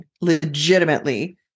legitimately